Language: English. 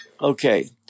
okay